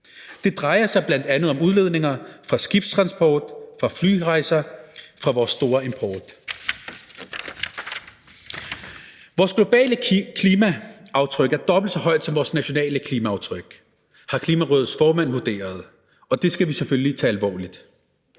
Det drejer sig bl.a. om udledninger fra skibstransport, fra flyrejser, fra vores store import. Vores globale klimaaftryk er dobbelt så højt som vores nationale klimaaftryk, har Klimarådets formand vurderet, og det skal vi selvfølgelig tage alvorligt,